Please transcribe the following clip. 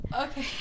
Okay